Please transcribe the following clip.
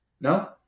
no